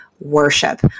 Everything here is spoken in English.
worship